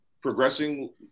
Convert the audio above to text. progressing